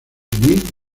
muy